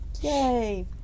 Yay